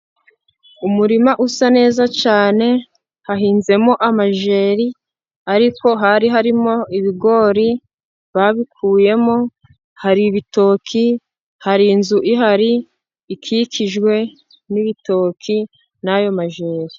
Umurima usa neza cyane hahinzemo amajeri, ariko hari harimo ibigori babikuyemo. Hari ibitoki, hari inzu ihari ikikijwe n'ibitoki, n'ayo majeri.